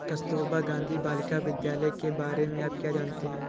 कस्तूरबा गांधी बालिका विद्यालय के बारे में आप क्या जानते हैं?